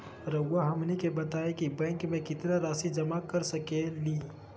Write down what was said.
रहुआ हमनी के बताएं कि बैंक में कितना रासि जमा कर सके ली?